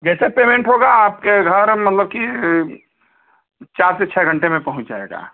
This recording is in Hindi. जैसे पेमेंट होगा आपके घर मतलब की चार से छ घंटे में पहुँच जाएगा